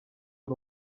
ari